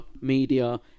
media